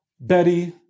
Betty